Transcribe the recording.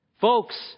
Folks